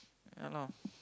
ya lah